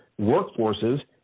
workforces